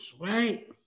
Right